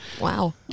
Wow